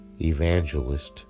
evangelist